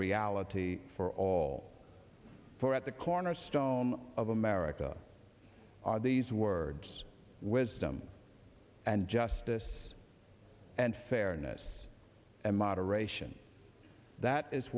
reality for all for at the cornerstone of america are these words wisdom and justice and fairness and moderation that is